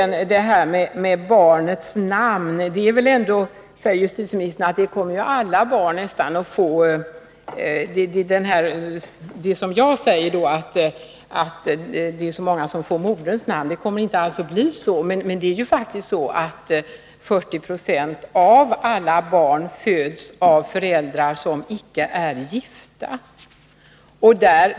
När det gäller barnets namn säger justitieministern att det inte alls kommer att blisom jag säger, att många barn får moderns namn. Men det är faktiskt så att 40 26 av alla barn som föds har föräldrar som icke är gifta.